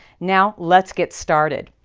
now let's get started!